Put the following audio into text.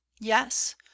yes